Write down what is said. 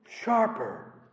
sharper